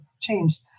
changed